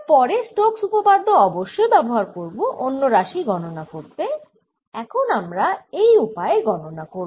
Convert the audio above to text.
আমরা পরে স্টোক্স উপপাদ্য অবশ্যই ব্যবহার করব অন্য রাশি গণনা করতে এখন আমরা এই উপায়ে গণনা করব